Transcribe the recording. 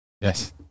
Yes